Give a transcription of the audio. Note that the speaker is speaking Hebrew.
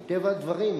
מטבע הדברים,